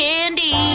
Candy